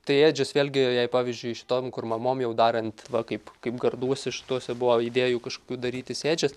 tai ėdžios vėlgi jei pavyzdžiui šitom kur mamom jau darant va kaip kaip garduose šituose buvo idėjų kažkokių darytis ėdžias